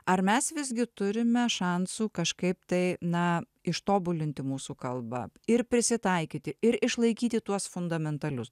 ar mes visgi turime šansų kažkaip tai na ištobulinti mūsų kalbą ir prisitaikyti ir išlaikyti tuos fundamentalius